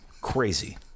crazy